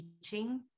teaching